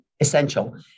essential